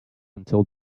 until